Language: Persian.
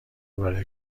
برای